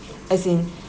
as in